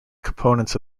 components